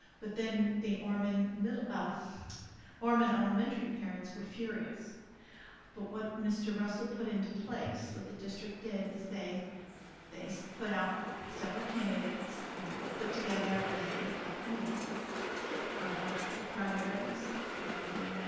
but then the orman middle, or orman elementary parents were furious but what mr. russell put into place what the district did is they they so put out several candidates and put together a committee of the primaries and the,